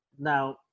now